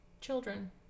children